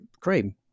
Cream